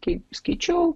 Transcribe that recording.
kai skaičiau